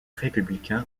républicains